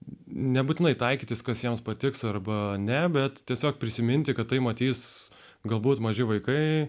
nebūtinai taikytis kas jiems patiks arba ne bet tiesiog prisiminti kad tai matys galbūt maži vaikai